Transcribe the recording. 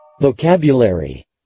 Vocabulary